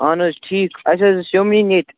اَہَن حظ ٹھیٖک اَسہِ حظ ٲسۍ یِم نِنۍ ییٚتہِ